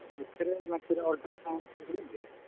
X-ray ultrasound ᱠᱚ ᱦᱩᱭᱩᱜ ᱜᱮᱭᱟ